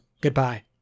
goodbye